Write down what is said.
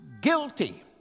guilty